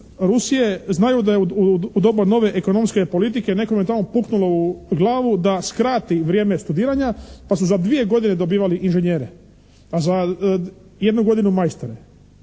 Rusije znaju da je u doba nove ekonomske politike nekome tamo puknulo u glavu da skrati vrijeme studiranja pa su za dvije godine dobivali inženjere, a za jednu godinu majstore.